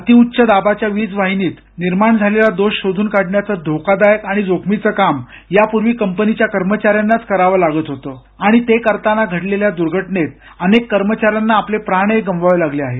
अति उच्च दाबाच्या वीज वाहिनीत निर्माण झालेला दोष शोधून काढण्याचं धोकादायक आणि जोखमीचं काम यापूर्वी कंपनीच्या कर्मचाऱ्यांनाच करावे लागत होतं आणि ते करताना घडलेल्या दुर्घटनेत अनेक कर्मचाऱ्यांना आपले प्राणही गमवावे लागले आहेत